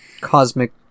cosmic